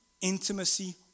intimacy